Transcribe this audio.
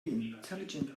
intelligent